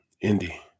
Indy